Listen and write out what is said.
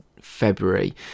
february